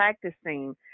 practicing